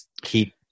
keep